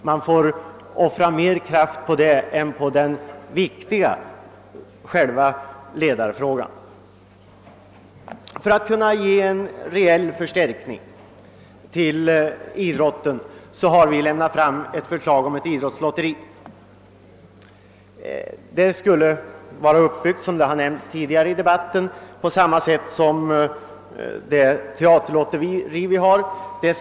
Man får offra mer kraft på detta än på det viktigaste — själva ledarverksamheten. För att det skall bli möjligt att ge en reell förstärkning till idrotten har vi motionärer väckt förslag om ett idrottslotteri. Det skulle, som redan nämnts, vara uppbyggt på samma sätt som teaterlotteriet.